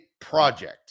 project